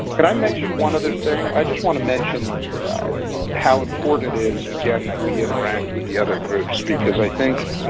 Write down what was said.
could i mention one other thing? i just want to mention how important it is, again, that we interact with the other groups, because i think,